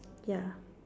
ya